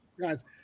guys